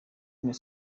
none